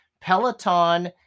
Peloton